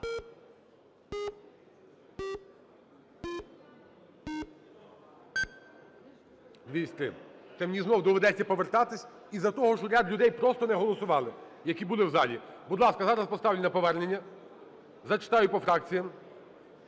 За-203 Це мені знову доведеться повертатись із-за того, що ряд людей просто не голосували, які були в залі. Будь ласка, зараз поставлю на повернення, зачитаю по фракціях.